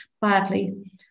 badly